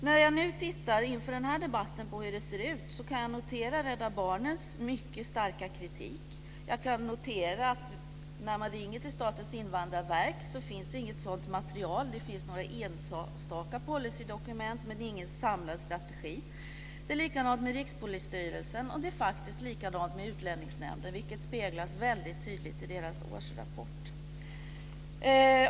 När jag inför den här debatten tittar på hur det ser ut, kan jag notera Rädda Barnens mycket starka kritik. Jag kan notera att Statens invandrarverk inte har något sådant material. Det finns några enstaka policydokument, men det finns ingen samlad strategi. Det är likadant med Rikspolisstyrelsen, och det är faktiskt likadant med Utlänningsnämnden, vilket speglas väldigt tydligt i deras årsrapport.